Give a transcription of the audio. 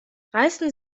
reißen